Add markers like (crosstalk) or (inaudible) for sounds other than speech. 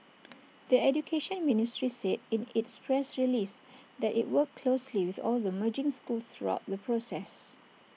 (noise) the Education Ministry said in its press release that IT worked closely with all the merging schools throughout the process